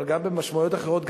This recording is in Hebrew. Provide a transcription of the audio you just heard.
אבל גם במשמעויות אחרות,